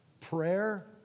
Prayer